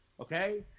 Okay